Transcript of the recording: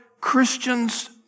Christians